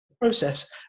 process